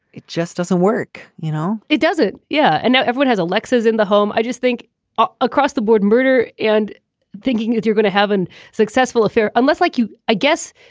it just doesn't work. you know it doesn't. yeah. and now everyone has a lexus in the home. i just think ah across the board murder and thinking if you're going to have an successful affair unless like you i guess